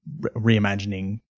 reimagining